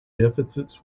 deficits